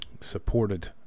supported